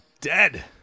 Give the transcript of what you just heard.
dead